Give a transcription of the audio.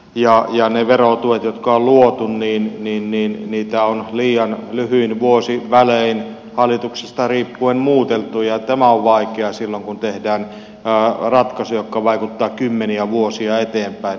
niitä verotukia jotka on luotu on liian lyhyin vuosivälein hallituksesta riippuen muuteltu ja tämä on vaikeaa silloin kun tehdään ratkaisuja nimenomaan voimalaitosratkaisuja jotka vaikuttavat kymmeniä vuosia eteenpäin